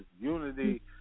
unity